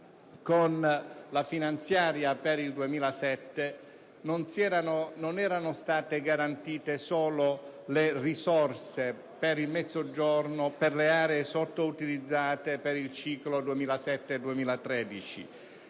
Con la legge finanziaria per il 2007 non erano state garantite solo le risorse per il Mezzogiorno e per le aree sottoutilizzate per il ciclo 2007-2013,